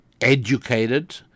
educated